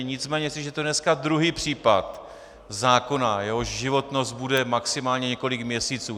Nicméně je to dneska druhý případ zákona, jehož životnost bude maximálně několik měsíců.